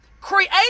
create